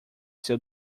seu